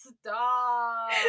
Stop